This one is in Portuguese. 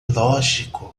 lógico